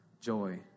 joy